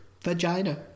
Vagina